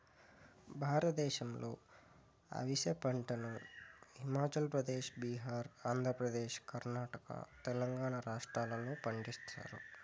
భారతదేశంలో అవిసె పంటను హిమాచల్ ప్రదేశ్, బీహార్, ఆంధ్రప్రదేశ్, కర్ణాటక, తెలంగాణ రాష్ట్రాలలో పండిస్తారు